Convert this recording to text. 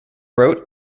wrote